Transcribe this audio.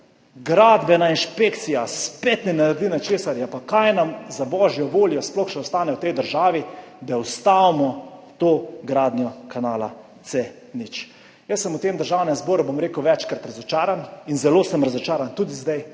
Gradbena inšpekcija spet ne naredi ničesar. Pa kaj nam za božjo voljo sploh še ostane v tej državi, da ustavimo to gradnjo kanala C0? Jaz sem v Državnem zboru večkrat razočaran in zelo sem razočaran tudi zdaj.